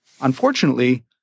Unfortunately